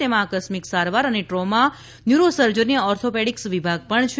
તેમાં આકસ્મિક સારવાર અને ટ્રોમા ન્યુરોસર્જરી અને ઑર્થોપેડિક્સ વિભાગ છે